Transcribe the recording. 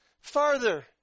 farther